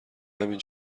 همین